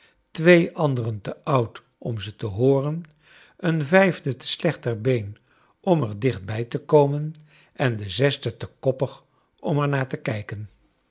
twee anderen te oud om ze te hooren een vijfde te slecht ter been om i er dichtbij te komen en de zosde i te koppig om er naar te kijken